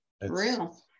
Real